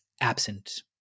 absent